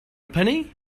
penny